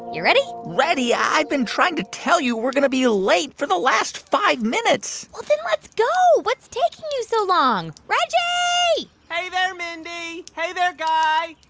you ready? ready? i've been trying to tell you we're going to be late for the last five minutes well, then let's go. what's taking you so long? reggie hey there, mindy. hey there, guy.